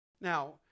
Now